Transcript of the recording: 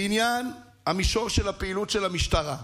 בעניין המישור של הפעילות של המשטרה,